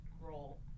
role